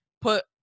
put